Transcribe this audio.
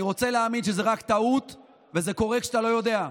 אני רוצה להאמין שזו רק טעות וזה קורה כשאתה לא יודע.